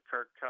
Kirk